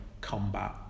combat